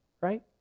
Right